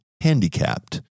handicapped